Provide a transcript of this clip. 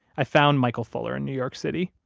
i found michael fuller in new york city,